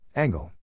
Angle